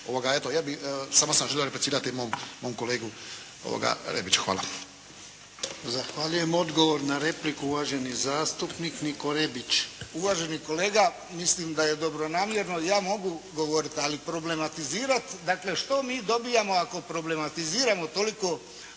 Eto, samo sam želio replicirati mom kolegi Rebiću. Hvala. **Jarnjak, Ivan (HDZ)** Zahvaljujem. Odgovor na repliku uvaženi zastupnik Niko Rebić. **Rebić, Niko (HDZ)** Uvaženi kolega, mislim da je dobronamjerno. Ja mogu govoriti, ali problematizirati dakle što mi dobivamo ako problematiziramo toliko